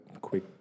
quick